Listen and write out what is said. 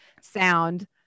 sound